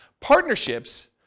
partnerships